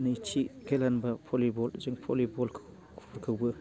नैथि खेला होनबा भलिबलखौबो